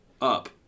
up